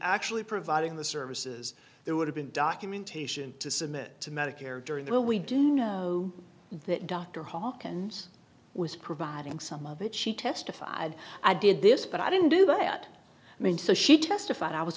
actually providing the services there would have been documentation to submit to medicare during the we do know that dr hawkins was providing some of it she testified i did this but i didn't do that i mean so she testified i was